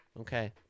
Okay